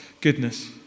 goodness